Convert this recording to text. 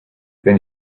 then